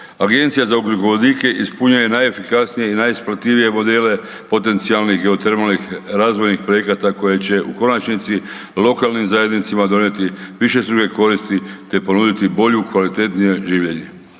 Agencija za ugljikovodike ispunjuje najefikasnije i najisplativije modele potencijalnih geotermalnih razvojnih projekata koje će u konačni lokalnim zajednicama donijeti višestruke koristi te ponuditi bolje i kvalitetnije življenje.